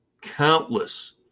countless